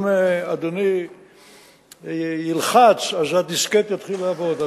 אם אדוני ילחץ, אז הדיסקט יתחיל לעבוד.